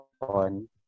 on